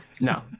no